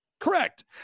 Correct